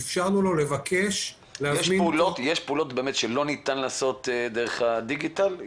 איפשרנו לו לבקש להזמין תור --- יש פעולות שלא ניתן לבצע דרך הדיגיטל?